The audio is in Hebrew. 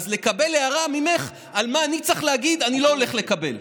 אז לקבל הערה ממך מה אני צריך להגיד אני לא הולך לקבל.